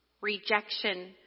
rejection